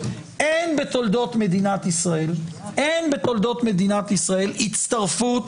אין בתולדות מדינת ישראל אין בתולדות מדינת ישראל הצטרפות